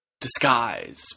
disguise